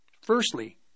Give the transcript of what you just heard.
Firstly